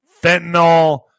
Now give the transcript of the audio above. fentanyl